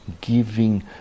giving